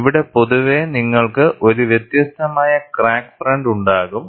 ഇവിടെ പൊതുവേ നിങ്ങൾക്ക് ഒരു വ്യത്യസ്തമായ ക്രാക്ക് ഫ്രണ്ട് ഉണ്ടാകും